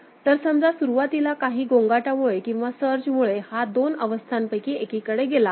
तर समजा सुरुवातीला काही गोंगाटामुळे किंवा सर्ज मुळे हा दोन अवस्थांपैकी एकीकडे गेला आहे